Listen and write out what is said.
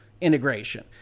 integration